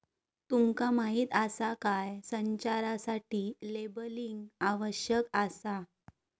तुमका माहीत आसा काय?, संचारासाठी लेबलिंग आवश्यक आसा